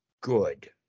good